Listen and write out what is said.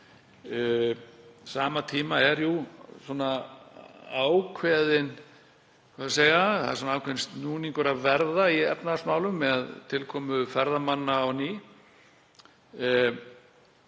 sama tíma er ákveðinn snúningur að verða í efnahagsmálum með tilkomu ferðamanna.